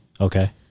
Okay